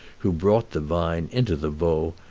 who brought the vine into the vaud,